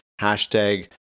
hashtag